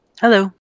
Hello